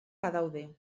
badaude